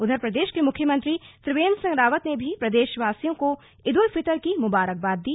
उधर प्रदेश के मुख्यमंत्री त्रिवेन्द्र सिंह रावत ने भी प्रदेशवासियों को ईद उल फितर की मुबारकबाद दी